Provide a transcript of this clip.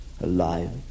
alive